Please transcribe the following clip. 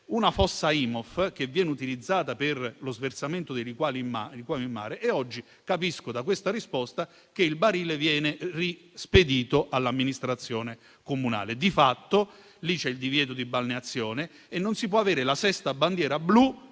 una fossa Imhoff che viene utilizzata per lo sversamento dei liquami in mare, e oggi capisco dalla risposta che il barile viene rispedito all'amministrazione comunale. Di fatto, lì c'è il divieto di balneazione e non si può avere la sesta Bandiera blu